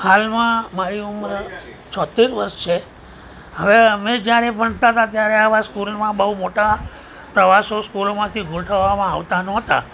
હાલમાં મારી ઉંમર છોંતેર વર્ષ છે હવે અમે જ્યારે ભણતા હતા ત્યારે આવા સ્કૂલમાં બહુ મોટા પ્રવાસો સ્કૂલોમાંથી ગોઠવવામાં આવતા નહોતા